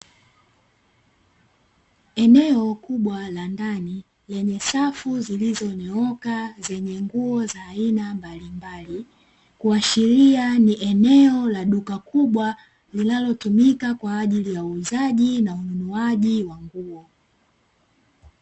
Eneo kubwa la ndani lenye safu zilizonyooka; zenye nguo za aina mbalimbali, kuashiria ni eneo la duka kubwa linalotumika kwa ajili ya uuzaji na ununuaji wa nguo.